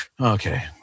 Okay